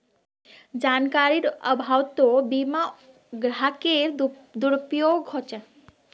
जानकारीर अभाउतो बीमा ग्राहकेर दुरुपयोग ह छेक